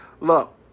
Look